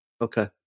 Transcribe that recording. Okay